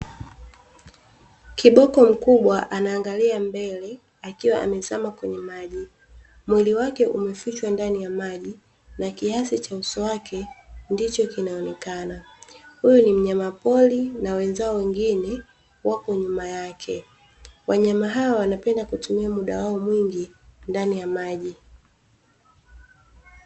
Kiboko mkubwa anaangalia mbele akiwa amezama kwenye maji, mwili wake umefichwa ndani ya maji na kiasi cha uso wake ndicho kinaonekana. Huyu ni mnyama pori na wenzao wengine wako nyuma yake, wanyama hawa wanapenda kutumia mda wao mwingi ndani ya maji.